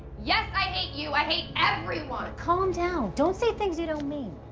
yes, i hate you! i hate everyone! calm down. don't say things you don't mean.